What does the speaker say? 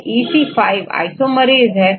EC5 isomerase औरEC6 LIGASE है